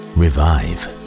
revive